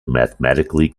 mathematically